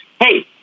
hey